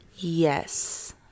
Yes